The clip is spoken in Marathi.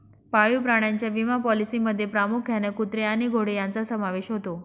पाळीव प्राण्यांच्या विमा पॉलिसींमध्ये प्रामुख्याने कुत्रे आणि घोडे यांचा समावेश होतो